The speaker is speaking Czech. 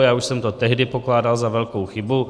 Já už jsem to tehdy pokládal za velkou chybu.